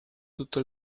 tutto